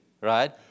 right